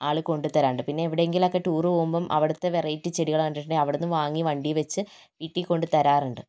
ആൾ കൊണ്ട് തരാറുണ്ട് പിന്നെ എവിടെങ്കിലും ഒക്കെ ടൂർ പോകുമ്പോൾ അവിടുത്തെ വെറൈറ്റി ചെടികൾ കണ്ടിട്ടുണ്ടേൽ അവിടുന്ന് വാങ്ങി വണ്ടിയിൽ വെച്ച് വീട്ടിൽ കൊണ്ട് തരാറുണ്ട്